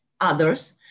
others